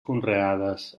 conreades